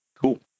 Cool